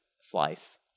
slice